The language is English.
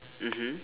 mmhmm